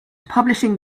publishing